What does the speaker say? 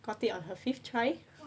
got it on her fifth try